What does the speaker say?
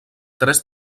tres